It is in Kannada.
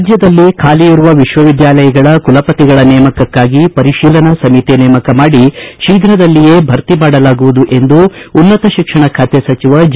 ರಾಜ್ಯದಲ್ಲಿ ಖಾಲಿಯಿರುವ ವಿಶ್ವವಿದ್ಯಾಲಯಗಳ ಕುಲಪತಿಗಳ ನೇಮಕಕ್ಕಾಗಿ ಪರಿಶೀಲನಾ ಸಮಿತಿ ನೇಮಕ ಮಾಡಿ ಶೀಘ್ರದಲ್ಲಿಯೇ ಭರ್ತಿ ಮಾಡಲಾಗುವುದು ಎಂದು ಉನ್ನತ ಶಿಕ್ಷಣ ಖಾತೆ ಸಚಿವ ಜಿ